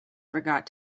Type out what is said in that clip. forgot